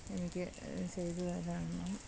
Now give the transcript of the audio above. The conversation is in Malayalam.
എനിക്ക് ചെയ്ത് തരാമോ